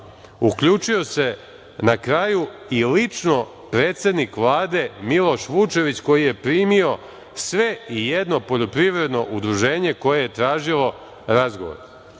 uključio se na kraju i lično predsednik Vlade Miloš Vučević koji je primio sve ijedno poljoprivredno udruženje koje je tražilo razgovor